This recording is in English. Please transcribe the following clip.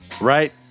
right